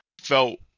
felt